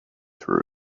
through